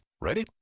Ready